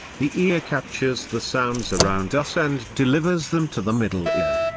the ear captures the sounds around us and delivers them to the middle ear.